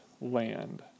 land